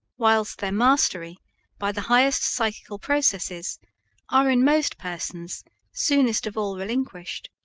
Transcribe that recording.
whilst their mastery by the highest psychical processes are in most persons soonest of all relinquished.